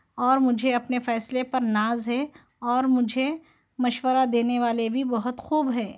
اور مجھے اپنے فیصلے پر ناز ہے اور مجھے مشورہ دینے والے بھی بہت خوب ہے